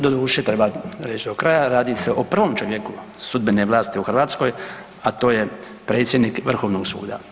Doduše, treba reći do kraja, radi se o prvom čovjeku sudbene vlasti u Hrvatskoj a to je predsjednik Vrhovnog suda.